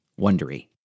Wondery